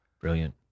Brilliant